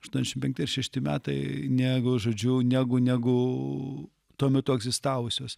aštuoniasdešimt penkti ar šešti metai negu žodžiu negu negu tuo metu egzistavusios